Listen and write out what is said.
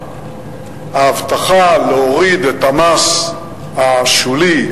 ההבטחה להוריד את המס השולי,